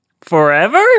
Forever